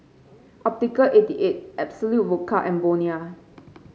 Optical Eighty Eight Absolut Vodka and Bonia